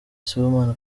sibomana